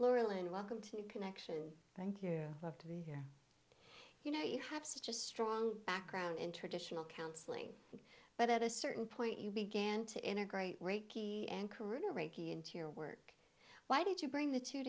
laurel and welcome to the connection thank you love to be here you know you have such a strong background in traditional counseling but at a certain point you began to integrate reiki and karuna reiki into your work why did you bring the two